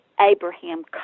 Abraham